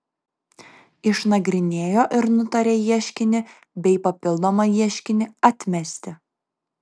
išnagrinėjo ir nutarė ieškinį bei papildomą ieškinį atmesti